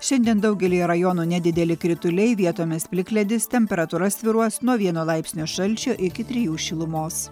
šiandien daugelyje rajonų nedideli krituliai vietomis plikledis temperatūra svyruos nuo vieno laipsnio šalčio iki trijų šilumos